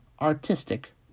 artistic